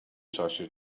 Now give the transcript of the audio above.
czasie